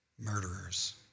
murderers